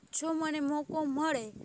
જો મને મોકો મળે